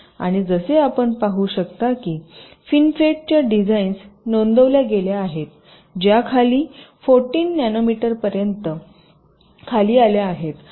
आणि जसे आपण पाहू शकता की FinFET च्या डिझाईन्स नोंदविल्या गेल्या आहेत ज्या खाली 14 नॅनोमीटरपर्यंत खाली आल्या आहेत